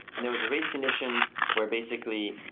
and there was a race condition where, basically,